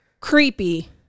creepy